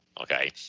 okay